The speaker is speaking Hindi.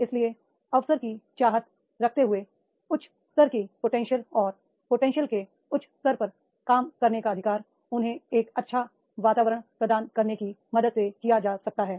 इसलिए अवसर की चाहत रखते हुए उच्च स्तर की पोटेंशियल और पोटेंशियल के उच्च स्तर पर काम करने का अधिकार उन्हें एक अच्छा वातावरण प्रदान करने की मदद से किया जा सकता है